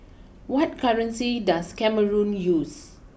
what currency does Cameroon use